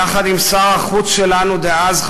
יחד עם שר החוץ שלנו דאז,